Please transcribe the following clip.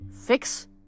Fix